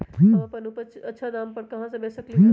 हम अपन उपज अच्छा दाम पर कहाँ बेच सकीले ह?